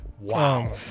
wow